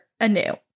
anew